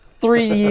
three